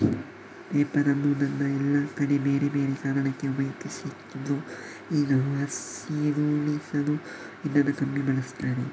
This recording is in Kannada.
ಪೇಪರ್ ಅನ್ನುದನ್ನ ಎಲ್ಲಾ ಕಡೆ ಬೇರೆ ಬೇರೆ ಕಾರಣಕ್ಕೆ ಉಪಯೋಗಿಸ್ತಿದ್ರು ಈಗ ಹಸಿರುಳಿಸಲು ಇದನ್ನ ಕಮ್ಮಿ ಬಳಸ್ತಾರೆ